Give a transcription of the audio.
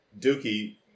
Dookie